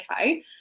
okay